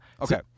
Okay